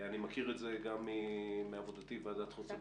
אני מכיר את זה גם מעבודתי בוועדת החוץ והביטחון,